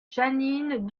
jeanine